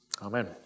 Amen